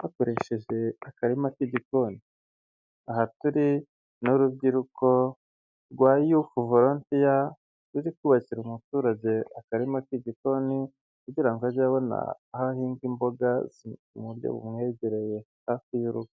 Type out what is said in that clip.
hakoresheje akarima k'igikoni. Aha turi n'urubyiruko rwa Yufu volontiya ruri kubabakira umuturage akarima k'igikoni kugira ngo ajye abona aho ahinga imboga mu buryo bumwegereye hafi y'urugo.